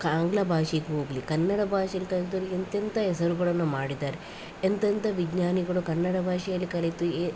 ಆಂಗ್ಲ ಭಾಷೆಗೆ ಹೋಗಲಿ ಕನ್ನಡ ಭಾಷೆಯಲ್ಲಿ ಕಲಿತವರು ಎಂತೆಂಥ ಹೆಸರುಗಳನ್ನ ಮಾಡಿದ್ದಾರೆ ಎಂತೆಂಥ ವಿಜ್ಞಾನಿಗಳು ಕನ್ನಡ ಭಾಷೆಯಲ್ಲಿ ಕಲಿತು ಯೆ